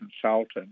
consultant